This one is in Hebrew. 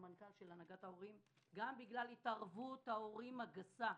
המנכ"ל של הנהגת ההורים -בגלל התערבות ההורים הגסה.